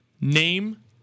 Name